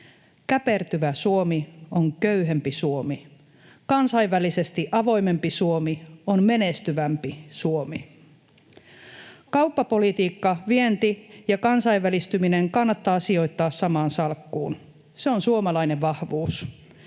Käpertyvä Suomi on köyhempi Suomi. Kansainvälisesti avoimempi Suomi on menestyvämpi Suomi. Kauppapolitiikka, vienti ja kansainvälistyminen kannattaa sijoittaa samaan salkkuun. Se on suomalainen vahvuus.